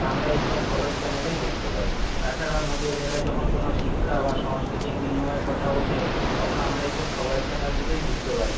আমরা এই সব খবরের চ্যানেলেই দেখতে পাই তাছাড়াও নদীয়া জেলায় যখন কোনো শিক্ষা বা সাংস্কৃতিক বিনিময়ের কথা ওঠে তখন আমরা এই সব খবরের চ্যানেল থেকেই বুঝতে পারি